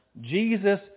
Jesus